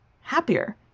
happier